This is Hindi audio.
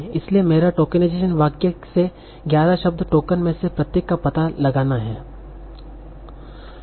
इसलिए मेरा टोकनाइजेशन वाक्य से 11 शब्द टोकन में से प्रत्येक का पता लगाना है